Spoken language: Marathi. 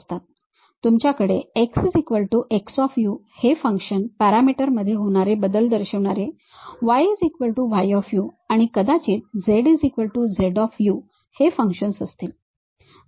तुमच्याकडे xx हे फंक्शन पॅरामीटर मध्ये होणारे बदल दर्शविणारे yy आणि कदाचित zz हे फंक्शन्स असतील